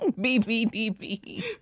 B-B-B-B